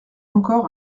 encore